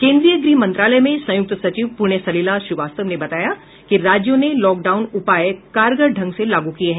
केंद्रीय गृह मंत्रालय में संयुक्त सचिव पुण्य सलिला श्रीवास्तव ने बताया कि राज्यों ने लॉकडाउन उपाय कारगर ढंग से लागू किए हैं